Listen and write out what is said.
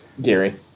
Gary